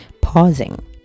Pausing